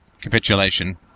capitulation